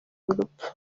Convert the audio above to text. urupfu